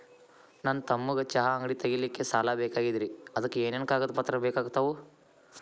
ನನ್ನ ತಮ್ಮಗ ಚಹಾ ಅಂಗಡಿ ತಗಿಲಿಕ್ಕೆ ಸಾಲ ಬೇಕಾಗೆದ್ರಿ ಅದಕ ಏನೇನು ಕಾಗದ ಪತ್ರ ಬೇಕಾಗ್ತವು?